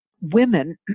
women